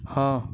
ହଁ